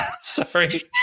sorry